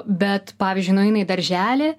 bet pavyzdžiui nueina į darželį